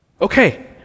Okay